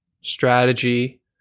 strategy